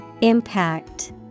Impact